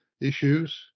Issues